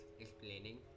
explaining